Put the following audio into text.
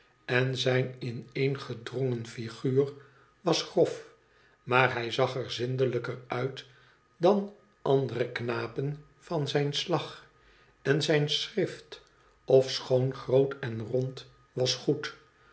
en zijn ineengedrongen figuur was grof maar hij zag er zindelijker uit dan andere knapen van zijn slag en zijn schrift ofschoon groot en rond was goed